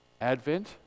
Advent